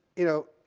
you know,